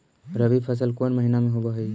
रबी फसल कोन महिना में होब हई?